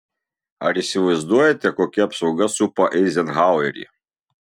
ar įsivaizduojate kokia apsauga supa eizenhauerį